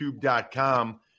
youtube.com